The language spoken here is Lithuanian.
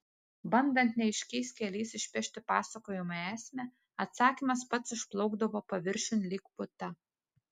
bandant neaiškiais keliais išpešti pasakojimo esmę atsakymas pats išplaukdavo paviršiun lyg puta